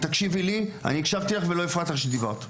תקשיבי לי, אני הקשבתי לך ולא הפרעתי לך כשדיברת.